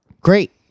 Great